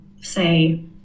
say